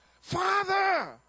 Father